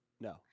No